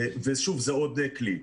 ושוב, זה עוד כלי.